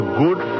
good